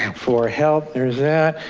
and for help, there's that.